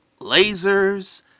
lasers